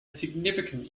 significant